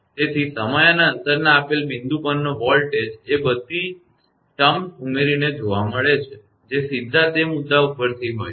તેથી સમય અને અંતરના આપેલ બિંદુ પરનો વોલ્ટેજ એ બધી શરતો ઉમેરીને જોવા મળે છે જે સીધા તે મુદ્દાથી ઉપર હોય છે